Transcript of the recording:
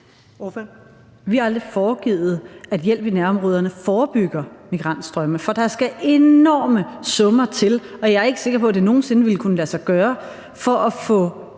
Vi har aldrig foregivet, at hjælp i nærområderne forebygger migrationsstrømme. For der skal enorme summer til – og jeg er ikke sikker på, at det nogen sinde ville kunne lade sig gøre – for at få